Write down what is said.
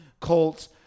Colts